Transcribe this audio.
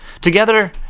Together